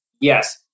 Yes